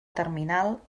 terminal